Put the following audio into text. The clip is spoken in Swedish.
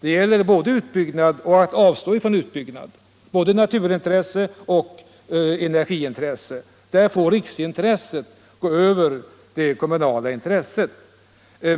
Det gäller både utbyggnad och att avstå från utbyggnad, både naturintressen och energiintressen — där får riksintresset gå över det kommunala intresset.